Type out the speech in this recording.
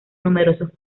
numerosos